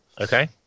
Okay